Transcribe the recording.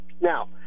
Now